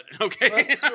okay